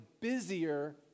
busier